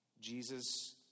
Jesus